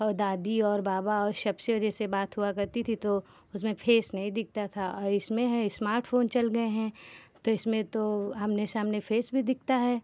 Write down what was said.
और दादी और बाबा और सबसे जैसे बात हुआ करती थी तो उसमें फेस नहीं दिखता था और इसमें है स्मार्ट फ़ोन चल गए हैं तो इसमें तो आमने सामने फेस भी दिखता है